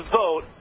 vote